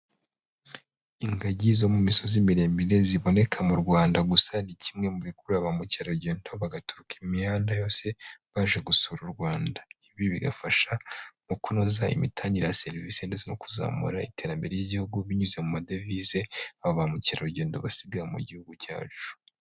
Ingagi zo mu misozi miremire ziboneka mu Rwanda gusa, ni kimwe mu bikurura ba mukerarugendo, bagaturuka imihanda yose baje gusura u Rwanda. Ibi bigafasha mu kunoza imitangire ya serivisi ndetse no kuzamura iterambere ry'Igihugu, binyuze mu madovize ba mukerarugendo basiga mu Gihugu cyacu.